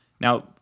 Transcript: Now